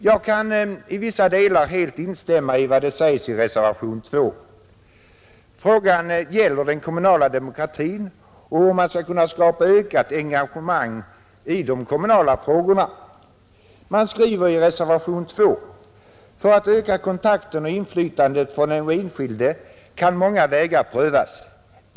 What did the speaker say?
Jag kan i vissa delar helt instämma i vad som sägs i reservationen 2. Frågan gäller den kommunala demokratin och hur man skall kunna skapa ökat engagemang i de kommunala frågorna. Man skriver i reservationen 2: ”För att öka kontakten och inflytandet från den enskilde kan många vägar prövas.